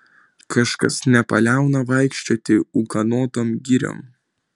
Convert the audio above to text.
kažkas nepaliauna vaikščioti ūkanotom giriom